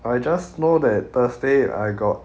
I just know that thursday I got